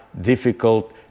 difficult